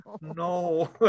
no